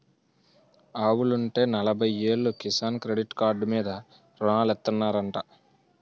ఆవులుంటే నలబయ్యేలు Kisan credit card మీద రుణాలిత్తనారంటా